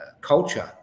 culture